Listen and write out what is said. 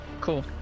cool